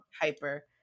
hyper